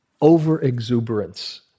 over-exuberance